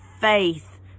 faith